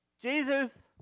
Jesus